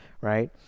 Right